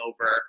over